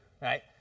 Right